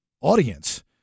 audience